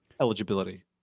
Eligibility